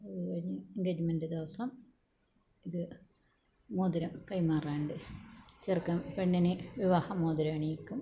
അതുകഴിഞ്ഞ് എൻഗേജ്മെൻ്റ് ദിവസം ഇത് മോതിരം കൈമാറാനുണ്ട് ചെറുക്കൻ പെണ്ണിനെ വിവാഹമോതിരം അണിയിക്കും